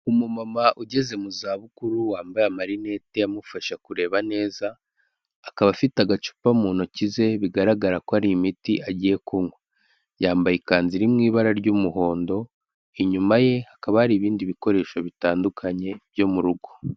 Umumama ugeze mu za bukuru wambaye marinete amufasha kureba neza, akaba afite agacupa mu ntoki ze bigaragara ko ari imiti agiye kunywa. Yambaye ikanzu iri mu ibara ry'umuhondo, inyuma ye hakaba hari ibindi bikoresho bitandukanye byo mu rugo.